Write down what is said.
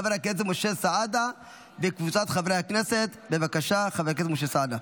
עברה, ותעבור להמשך הכנתה בוועדת החוקה,